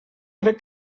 crec